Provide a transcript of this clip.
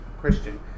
Christian